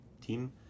team